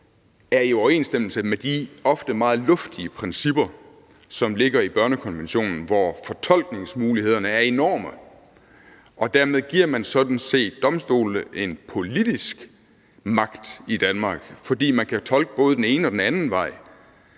er i overensstemmelse med de ofte meget luftige principper, som ligger i børnekonventionen, hvor fortolkningsmulighederne er enorme. Og dermed giver man sådan set domstolene en politisk magt i Danmark, fordi de kan tolke både den ene og den anden vej